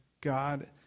God